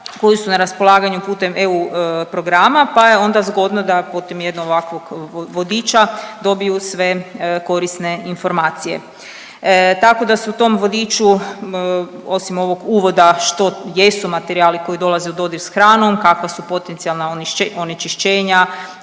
koji su na raspolaganju putem EU programa, pa je onda zgodno da putem jednog ovakvog vodiča dobiju sve korisne informacije. Tako da su tom vodiču osim ovog uvoda što jesu materijali koji dolaze u dodir s hranom, kakva su potencijalna onečišćenja,